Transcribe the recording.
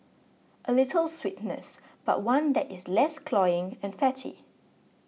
a little sweetness but one that is less cloying and fatty